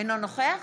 אינו נוכח